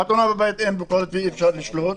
בחתונה בבית אין ביקורת ואי-אפשר לשלוט,